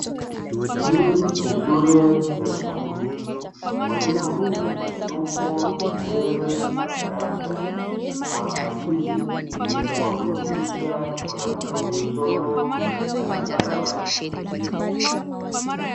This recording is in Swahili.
Hii ni shule ya msingi, mwalimu yupo mbele ya darasa, kwa ajili ya kuwafundisha wanafunzi somo la hisabati.